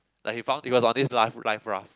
like he found it was on this life life raft